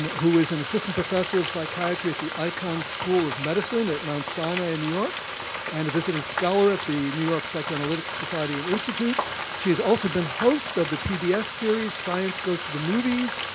who is an assistant professor of psychiatry at the icahn school of medicine at mount sinai in new york and a visiting scholar at the new york psychoanalytic society and institute she has also been host of the pbs series, science goes to the movies,